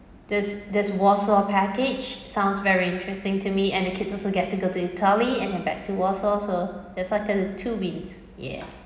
this this warsaw package sounds very interesting to me and the kids also get to go to italy and then back to warsaw so it's like a two wins yeah